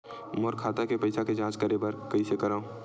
मोर खाता के पईसा के जांच करे बर हे, कइसे करंव?